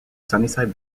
sunnyside